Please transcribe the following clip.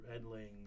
edling